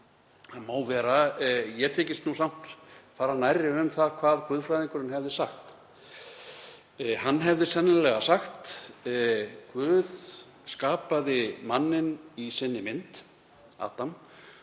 Það má vera en ég þykist samt fara nærri um það hvað guðfræðingurinn hefði sagt. Hann hefði sennilega sagt: Guð skapaði manninn í sinni mynd, Adam,